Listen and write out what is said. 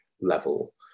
level